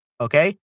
Okay